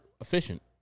efficient